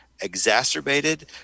exacerbated